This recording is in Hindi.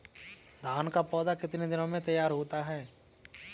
धान का पौधा कितने दिनों में तैयार होता है?